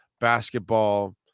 Basketball